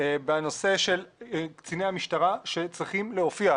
בנושא של קציני המשטרה שצריכים להופיע.